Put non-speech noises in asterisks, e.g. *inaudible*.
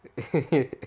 *laughs*